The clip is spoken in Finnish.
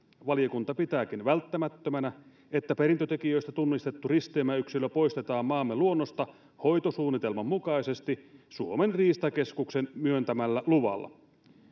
valiokunta pitääkin välttämättömänä että perintötekijöistä tunnistettu risteymäyksilö poistetaan maamme luonnosta hoitosuunnitelman mukaisesti suomen riistakeskuksen myöntämällä luvalla